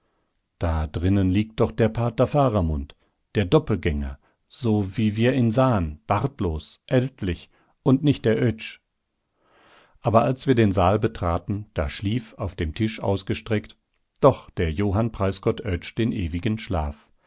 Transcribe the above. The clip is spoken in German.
da drinnen liegt doch der pater faramund der doppelgänger so wie wir ihn sahen bartlos ältlich und nicht der oetsch aber als wir den saal betraten da schlief auf dem tisch ausgestreckt doch der johann preisgott oetsch den ewigen schlaf